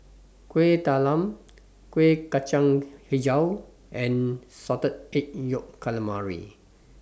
Kuih Talam Kueh Kacang Hijau and Salted Egg Yolk Calamari